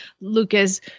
Lucas